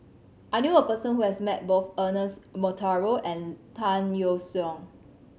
I knew a person who has met both Ernest Monteiro and Tan Yeok Seong